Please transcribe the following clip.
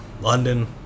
London